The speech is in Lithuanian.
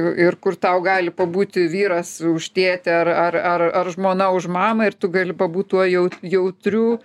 ir kur tau gali pabūti vyras už tėtį ar ar ar žmona už mamą ir tu gali pabūt tuojau jau jautriu